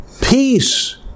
peace